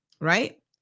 right